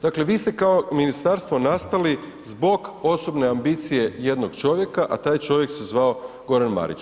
Dakle, vi ste kao ministarstvo nastali zbog osobne ambicije jednog čovjeka, a taj čovjek se zvao Goran Marić.